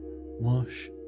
wash